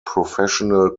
professional